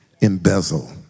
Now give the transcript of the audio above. embezzle